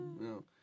no